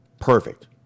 Perfect